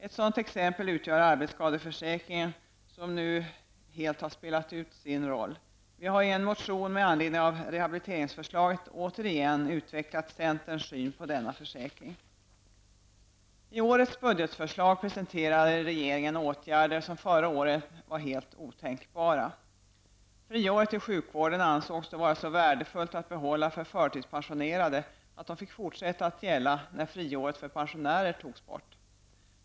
Ett sådant exempel utgör arbetsskadeförsäkringen, som nu helt har spelat ut sin roll. Vi har i en motion med anledning av rehabiliteringsförslaget återigen utvecklat centerns syn på denna försäkring. I årets budgetförslag presenterade regeringen åtgärder som förra året var helt otänkbara. Friåret i sjukvården ansågs då vara så värdefullt att behålla för förtidspensionerade att det fick fortsätta att gälla när friåret för pensionärer togs bort.